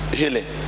healing